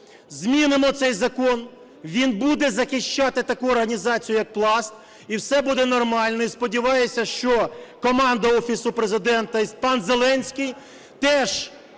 змінимо цей закон, він буде захищати таку організацію, як Пласт, і все буде нормально. І сподіваюсь, що команда Офісу Президента і пан Зеленський теж